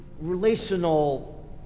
relational